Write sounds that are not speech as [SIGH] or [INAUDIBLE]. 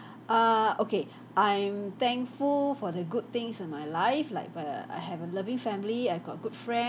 [BREATH] ah okay I'm thankful for the good things in my life like b~ err I have a loving family I got good friends